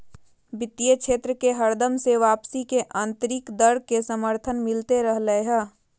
वित्तीय क्षेत्र मे हरदम से वापसी के आन्तरिक दर के समर्थन मिलते रहलय हें